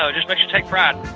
so just makes you take pride.